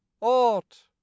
ought